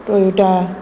Toyota